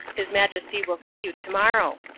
his majesty will see you to-morrow.